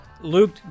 Luke